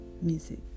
music